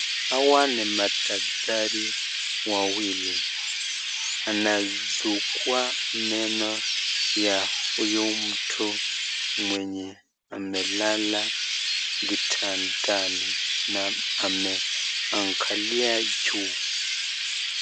Awa ni madaktari wawili anazukua meno ya huyu mtu mwenye amelala kitandani na ameangalia juu.